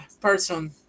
person